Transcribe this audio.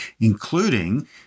including